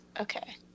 okay